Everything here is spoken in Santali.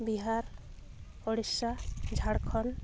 ᱵᱤᱦᱟᱨ ᱩᱲᱤᱥᱥᱟ ᱡᱷᱟᱲᱠᱷᱚᱸᱰ